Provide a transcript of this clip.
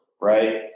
Right